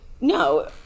No